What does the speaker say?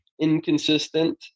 inconsistent